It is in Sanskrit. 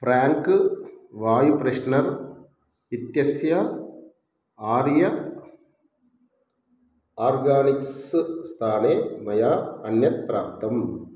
फ्रेङ्क् वायुः प्रेश्नर् इत्यस्य आर्य आर्गानिक्स् स्थाने मया अन्यत् प्राप्तम्